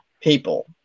people